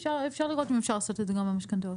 אפשר לראות אם אפשר לעשות את זה גם על המשכנתאות.